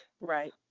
Right